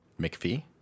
McPhee